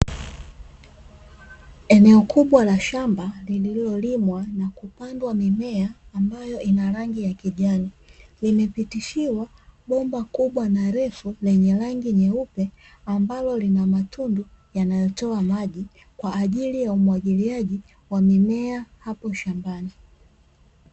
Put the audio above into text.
Eneo kubwa la shamba lililolimwa nakupandwa mimea ambayo inarangi ya kijani limepitishiwa bomba kubwa na refu lenye rangi nyeupe ambalo lina matundu yanayotoa maji kwa ajili ya umwagiliaji wa mimea hapo shambani.